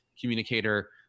communicator